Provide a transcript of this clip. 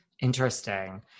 Interesting